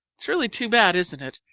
it's really too bad, isn't it,